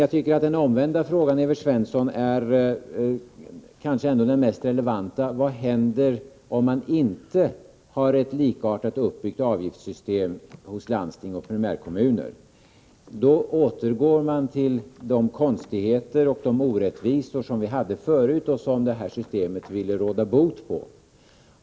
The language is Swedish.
Jag tycker, Evert Svensson, att den omvända frågan är den mest relevanta: Vad händer om man inte har ett likartat uppbyggt avgiftssystem inom landstingsoch primärkommuner? Då återgår man till de konstigheter och de orättvisor vi hade tidigare och som det här systemet skulle råda bot på.